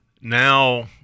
Now